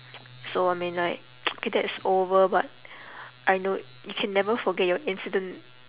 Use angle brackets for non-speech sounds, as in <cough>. <noise> so I mean like <noise> okay that's over but I know you can never forget your incident